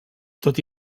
tot